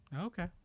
Okay